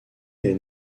est